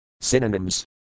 Synonyms